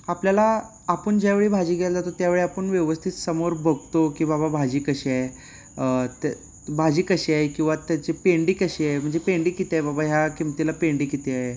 आपल्याला आपण ज्यावेळी भाजी घ्यायला जातो त्यावेळी आपण व्यवस्थित समोर बघतो की बाबा भाजी कशी आहे त्या भाजी कशी आहे किंवा त्याची पेंडी कशी आहे म्हणजे पेंडी किती आहे बाबा ह्या किमतीला पेंडी किती आहे